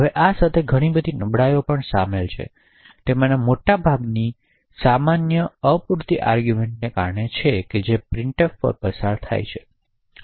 હવેઆ સાથે ઘણી બધી નબળાઈઓ શામેલ છે તેમાંના મોટાભાગના સામાન્ય અપૂરતી આર્ગૂમેંટને કારણે છે જે પ્રિન્ટફ પર પસાર થાય છે